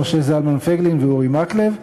משה זלמן פייגלין ואורי מקלב,